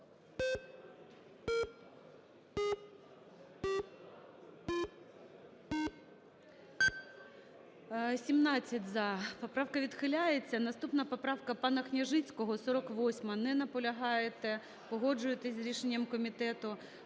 За-17 Поправка відхиляється. Наступна поправка пана Княжицького 48. Не наполягаєте. Погоджуєтесь з рішенням комітету.